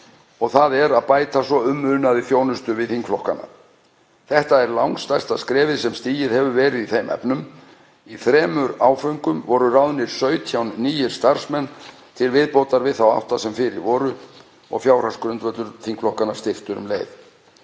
og það er að bæta svo um munaði þjónustu við þingflokka. Þetta er langstærsta skrefið sem stigið hefur verið í þeim efnum. Í þremur áföngum voru ráðnir 17 nýir starfsmenn til viðbótar við þá átta sem fyrir voru og fjárhagsgrundvöllur þingflokkanna styrktur um leið.